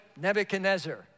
Nebuchadnezzar